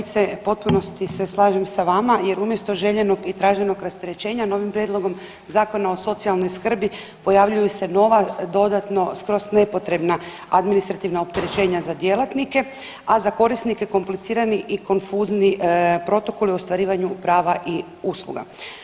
Poštovana kolegice, u potpunosti se slažem sa vama jer umjesto željenog i traženog rasterećenja novim prijedlogom Zakona o socijalnoj skrbi pojavljuju se nova dodatno skroz nepotrebna administrativna opterećenja za djelatnike, a za korisnike komplicirani i konfuzni protokol u ostvarivanju prava i usluga.